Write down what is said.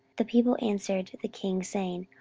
the people answered the king, saying,